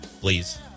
Please